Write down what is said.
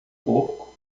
porco